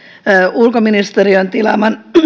ulkoministeriön tilaama